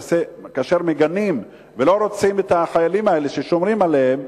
כאשר מגנים ולא רוצים את החיילים האלה ששומרים עליהם,